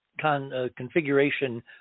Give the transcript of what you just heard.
configuration